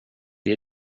det